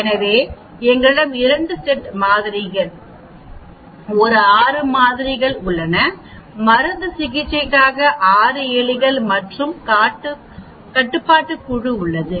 எனவே எங்களிடம் 2 செட் மாதிரிகள் ஒரு 6 மாதிரிகள் உள்ளனமருந்து சிகிச்சைக்காக 6 எலிகள் மற்றும் கட்டுப்பாட்டு குழு உள்ளன